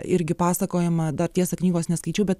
irgi pasakojama dar tiesa knygos neskaičiau bet